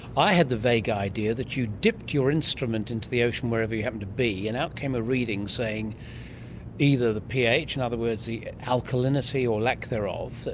i had the vague idea that you dipped your instrument into the ocean wherever you happen to be and out came a reading saying either the ph, in other words the alkalinity or lack thereof,